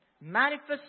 manifest